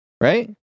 right